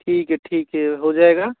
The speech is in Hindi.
ठीक है ठीक है हो जाएगा